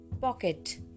pocket